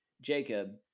Jacob